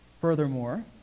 Furthermore